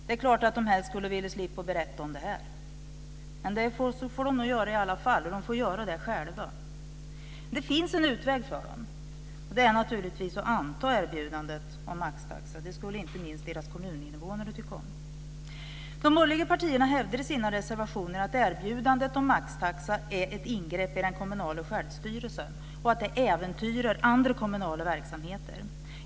Det är klart att de helst skulle vilja slippa berätta om det här, men det får de nog göra i alla fall och göra det själva. Det finns en utväg för dem, och det är naturligtvis att anta erbjudandet om maxtaxa. Det skulle inte minst deras kommuninnevånare tycka om. De borgerliga partierna hävdar i sin reservation att erbjudandet om maxtaxa är ett ingrepp i den kommunala självstyrelsen och att det äventyrar andra kommunala verksamheter.